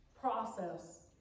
process